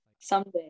Someday